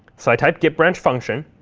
so i type git branch function.